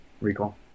Recall